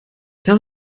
das